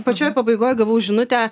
pačioj pabaigoj gavau žinutę